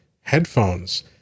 headphones